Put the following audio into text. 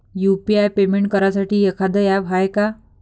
UPI payment करासाठी एखांद app हाय का?